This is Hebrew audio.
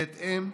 בהתאם,